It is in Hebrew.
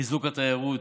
חיזוק התיירות,